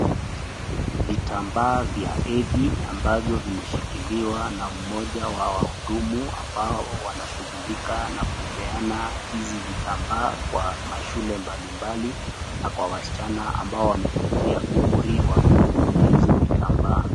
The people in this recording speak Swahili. Vitambaa vya hedhi ambavyo vimeshikiliwa na mmoja wa wahudumu ambao wanashughulika na kupeana hizi vitambaa kwa mashule mbalimbali na kwa wasichana ambao wamefikia umri wa kutumia hizo vitambaa.